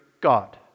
God